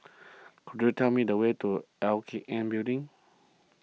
could you tell me the way to L K N Building